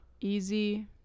Easy